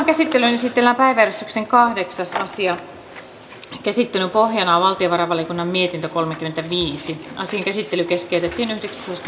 käsittelyyn esitellään päiväjärjestyksen kahdeksas asia käsittelyn pohjana on valtiovarainvaliokunnan mietintö kolmekymmentäviisi asian käsittely keskeytettiin